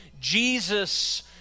Jesus